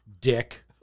Dick